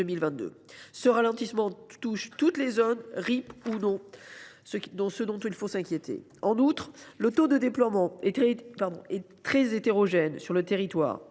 Ce ralentissement touche toutes les zones, RIP ou non, ce qui ne manque pas d’inquiéter. Par ailleurs, le taux de déploiement est très hétérogène sur le territoire.